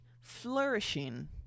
flourishing